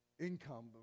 income